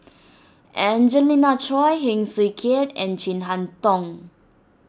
Angelina Choy Heng Swee Keat and Chin Harn Tong